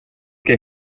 que